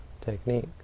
technique